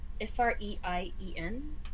F-R-E-I-E-N